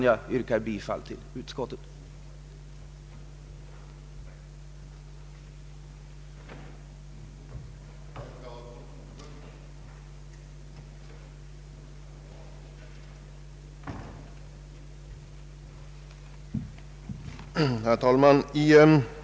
Jag yrkar bifall till utskottets hemställan.